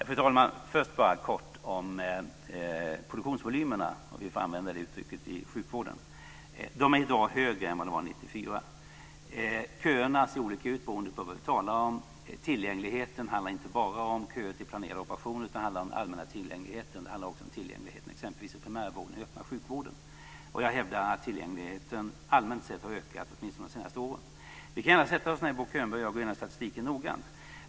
Fru talman! Först vill jag bara kort beröra produktionsvolymerna, om vi får använda det uttrycket, i sjukvården. De är i dag högre än vad de var 1994. Köerna ser olika ut beroende på vad vi talar om. Tillgängligheten handlar inte bara om köer till planerad operation utan om den allmänna tillgängligheten, t.ex. i primärvården och den öppna sjukvården. Jag hävdar att tillgängligheten allmänt sett har ökat, åtminstone under de senaste åren. Vi kan gärna sätta oss ned, Bo Könberg och jag, och gå igenom statistiken noggrant.